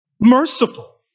merciful